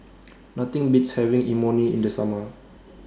Nothing Beats having Imoni in The Summer